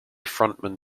frontman